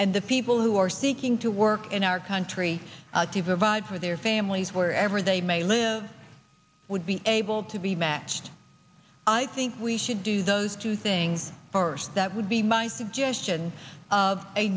and the people who are seeking to work in our country to provide for their families wherever they may live would be able to be matched i think we should do those two things first that would be my suggestion of a